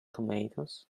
tomatoes